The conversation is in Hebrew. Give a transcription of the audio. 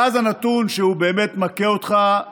ואז הנתון שבאמת מכה אותך לחלוטין,